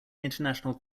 international